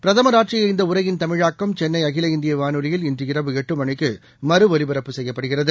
பிரதமா் ஆற்றிய இந்தஉரையின் தமிழாக்கம் சென்னைஅகில இந்தியவானொலியில் இன்று இரவு எட்டுமணிக்கு மறு ஒலிபரப்பு செய்யப்படுகிறது